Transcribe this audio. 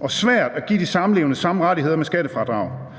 og svært at give de samlevende samme rettigheder med skattefradrag.